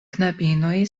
knabinoj